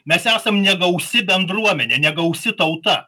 mes esam negausi bendruomenė negausi tauta